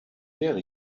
wäre